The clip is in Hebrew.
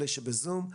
אלה שבזום.